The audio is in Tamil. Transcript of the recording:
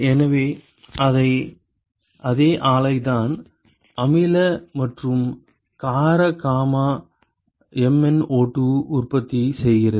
எனவே அதே ஆலைதான் அமில மற்றும் கார காமா MnO2 ஐ உற்பத்தி செய்கிறது